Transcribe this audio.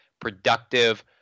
productive